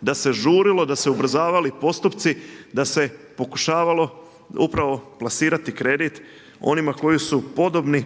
da se žurilo, da su se ubrzavali postupci, da se pokušavalo upravo plasirati kredit onima koji su podobni.